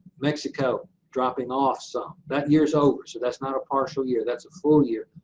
mexico, dropping off some. that year is over. so that's not a partial year. that's a full year.